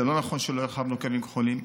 זה לא נכון שלא הרחבנו קווים כחולים.